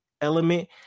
element